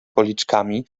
policzkami